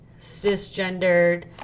cisgendered